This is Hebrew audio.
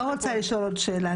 לא רוצה לשאול עוד שאלה,